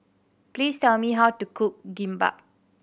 please tell me how to cook Kimbap